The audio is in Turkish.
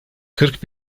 kırk